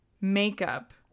makeup